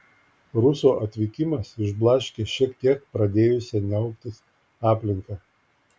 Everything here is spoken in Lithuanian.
ruso atvykimas išblaškė šiek tiek pradėjusią niauktis aplinką